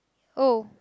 oh